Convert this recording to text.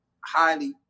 highly